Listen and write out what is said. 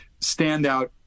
standout